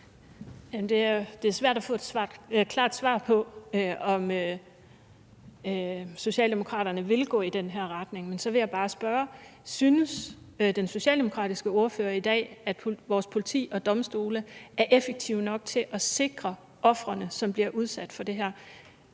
Det er svært at få et klart svar på, om Socialdemokraterne vil gå i den her retning, men så vil jeg bare spørge: Synes den socialdemokratiske ordfører, at vores politi og domstole i dag er effektive nok med hensyn til at sikre ofrene, som bliver udsat for det her?